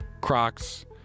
Crocs